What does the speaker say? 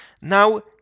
Now